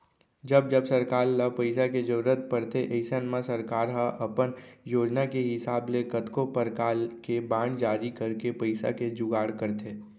जब जब सरकार ल पइसा के जरूरत परथे अइसन म सरकार ह अपन योजना के हिसाब ले कतको परकार के बांड जारी करके पइसा के जुगाड़ करथे